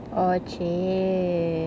oh !chey!